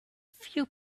few